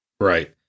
Right